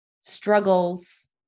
struggles